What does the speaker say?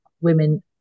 women